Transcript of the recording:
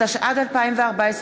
התשע"ד 2014,